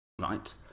right